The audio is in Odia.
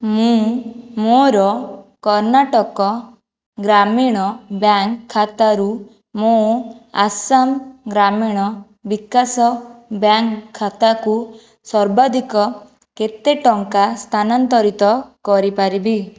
ମୁଁ ମୋର କର୍ଣ୍ଣାଟକ ଗ୍ରାମୀଣ ବ୍ୟାଙ୍କ ଖାତାରୁ ମୋ ଆସାମ ଗ୍ରାମୀଣ ବିକାଶ ବ୍ୟାଙ୍କ ଖାତାକୁ ସର୍ବାଧିକ କେତେ ଟଙ୍କା ସ୍ଥାନାନ୍ତରିତ କରିପାରିବି